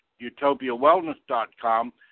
utopiawellness.com